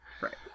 Right